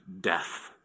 death